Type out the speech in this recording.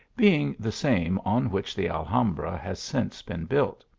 being the same on which the alhambra has since been built.